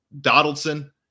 Donaldson